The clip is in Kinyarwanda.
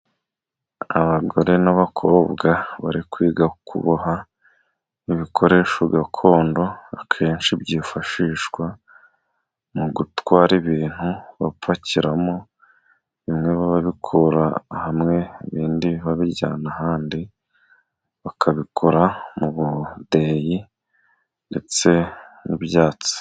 Abagore n'abakobwa bari kwiga kuboha ibikoresho gakondo， akenshi byifashishwa mu gutwara ibintu bapakiramo， bimwe bababikura hamwe ibindi babijyana ahandi，bakabikora mu budeyi ndetse n'ibyatsi.